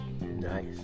Nice